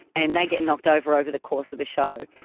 and they get knocked over over the course of the show.